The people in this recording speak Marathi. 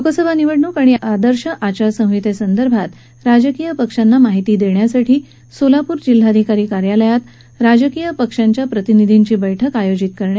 लोकसभा निवडणूक आणि आदर्श आचारसंहिते संदर्भात राजकीय पक्षांना माहिती देण्यासाठी सोलापूर जिल्हाधिकारी कार्यालयात आज राजकीय पक्षांच्या प्रतिनिधींची बैठक आयोजित करण्यात आली होती